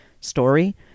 story